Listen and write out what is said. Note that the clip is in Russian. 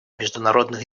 международных